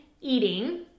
eating